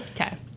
Okay